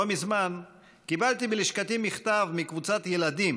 לא מזמן קיבלתי בלשכתי מכתב מקבוצת ילדים